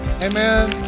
Amen